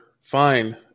fine